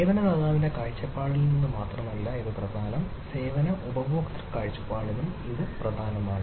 സേവന ദാതാവിന്റെ കാഴ്ചപ്പാടിൽ നിന്ന് മാത്രമല്ല ഇത് പ്രധാനം സേവന ഉപഭോക്തൃ കാഴ്ചപ്പാടിനും ഇത് പ്രധാനമാണ്